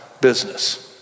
business